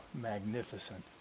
magnificent